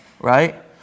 right